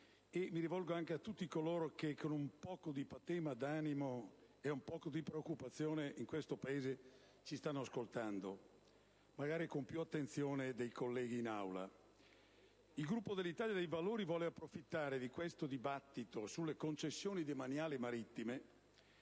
mi rivolgo anche a tutti coloro che con un po' di patema d'animo ed un po' di preoccupazione in questo Paese ci stanno ascoltando, magari con più attenzione dei colleghi dell'Aula), il Gruppo dell'Italia dei Valori vuole approfittare di questo dibattito sulle concessioni demaniali marittime